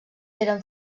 eren